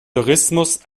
tourismus